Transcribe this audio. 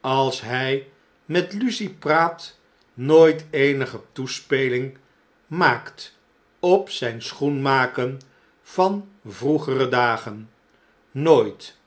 als hn met lucie praat nooit eenige toespeling maakt op zijn schoenmaken van vroegere dagen nooit